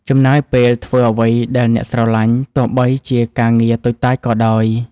ចំណាយពេលធ្វើអ្វីដែលអ្នកស្រឡាញ់ ទោះបីជាការងារតូចតាចក៏ដោយ។